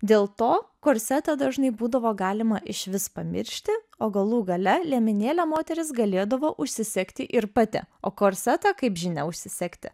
dėl to korsetą dažnai būdavo galima išvis pamiršti o galų gale liemenėlę moteris galėdavo užsisegti ir pati o korsetą kaip žinia užsisegti